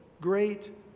great